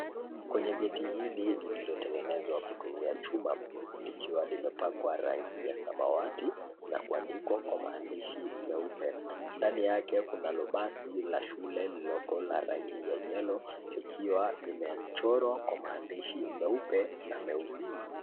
Kwenye geti hili lililotengenezwa kutumia chuma, likiwa limepakwa rangi ya samawati na kuandikwa kwa maandishi meupe. Ndani yake kunalo basi la shule lililoko la rangi ya yellow , ikiwa limechorwa kwa maandishi meupe na meusi.